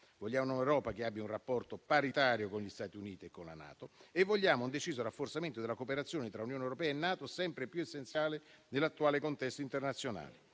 Vogliamo un'Europa che abbia un rapporto paritario con gli Stati Uniti e con la NATO e vogliamo un deciso rafforzamento della cooperazione tra Unione europea e NATO, sempre più essenziale nell'attuale contesto internazionale.